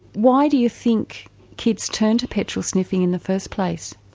why do you think kids turn to petrol sniffing in the first place?